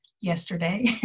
yesterday